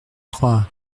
trois